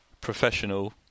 professional